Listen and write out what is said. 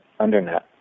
Undernet